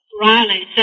Riley